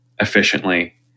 efficiently